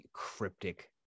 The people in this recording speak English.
cryptic